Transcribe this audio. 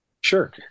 Sure